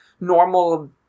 normal